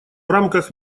рамках